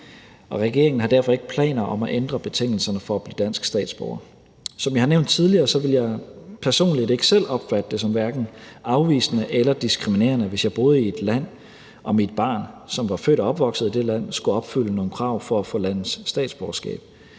Regeringen har derfor ikke planer om at ændre betingelserne for at blive dansk statsborger. Som jeg har nævnt tidligere, ville jeg personligt ikke selv opfatte det som hverken afvisende eller diskriminerende, hvis jeg boede i et land og mit barn, som var født og opvokset i det land, skulle opfylde nogle krav for at få landets statsborgerskab.